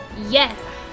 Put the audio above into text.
Yes